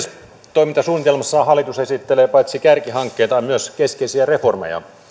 toimintasuunnitelmassaan hallitus esittelee paitsi kärkihankkeitaan myös keskeisiä reformeja